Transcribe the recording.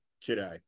today